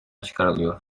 çıkarılıyor